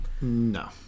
No